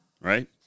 right